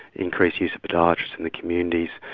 increased use of podiatrists in the communities,